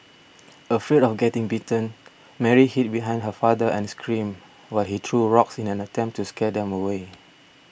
afraid of getting bitten Mary hid behind her father and screamed while he threw rocks in an attempt to scare them away